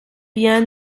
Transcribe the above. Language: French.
bien